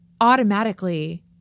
automatically